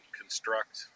construct